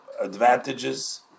advantages